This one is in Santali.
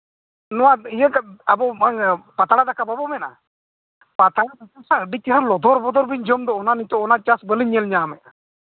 ᱱᱚᱣᱟ ᱤᱭᱟᱹ ᱛᱮᱫ ᱟᱵᱚ ᱵᱟᱝ ᱯᱟᱛᱲᱟ ᱫᱟᱠᱟ ᱵᱟᱵᱚ ᱢᱮᱱᱟ ᱯᱟᱛᱲᱟ ᱫᱟᱠᱟ ᱥᱟᱶ ᱟᱹᱰᱤ ᱪᱮᱦᱨᱟ ᱞᱚᱫᱷᱚᱨ ᱯᱚᱫᱷᱚᱨ ᱵᱤᱱ ᱡᱚᱢ ᱫᱚ ᱚᱱᱟ ᱱᱤᱛᱚᱜ ᱚᱱᱟ ᱪᱟᱥ ᱵᱟᱹᱧ ᱧᱮᱞ ᱧᱟᱢᱮᱫᱼᱟ